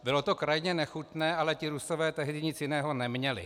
Bylo to krajně nechutné, ale ti Rusové tehdy nic jiného neměli.